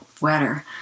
wetter